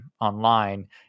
online